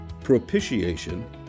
propitiation